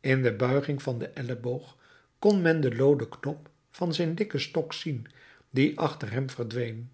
in de buiging van den elleboog kon men den looden knop van zijn dikken stok zien die achter hem verdween